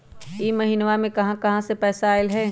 इह महिनमा मे कहा कहा से पैसा आईल ह?